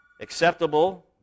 Acceptable